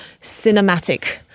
cinematic